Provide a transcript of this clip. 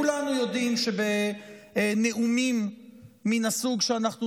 כולנו יודעים שבנאומים מן הסוג שאנחנו